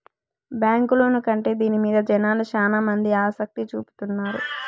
bank loan కంటే దీని మీద జనాలు శ్యానా మంది ఆసక్తి చూపుతున్నారు